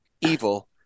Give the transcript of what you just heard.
evil